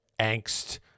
angst